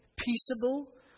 peaceable